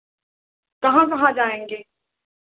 कहाँ कहाँ जाएंगे